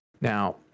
Now